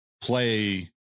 play